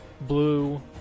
Blue